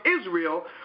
Israel